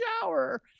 shower